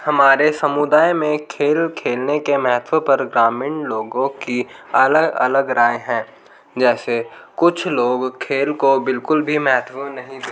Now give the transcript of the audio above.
हमारे समुदाय में खेल खेलने के महत्व पर ग्रामीण लोगों की अलग अलग राय हैं जैसे कुछ लोग खेल को बिल्कुल भी महत्व नहीं देतें